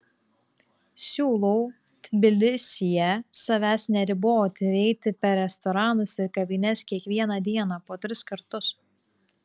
siūlau tbilisyje savęs neriboti ir eiti per restoranus ir kavines kiekvieną dieną po tris kartus